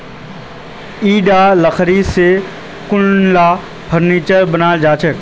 ईटा लकड़ी स कुनला फर्नीचर बनवा सख छ